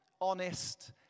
honest